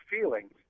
feelings